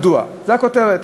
מדוע?" זו הכותרת.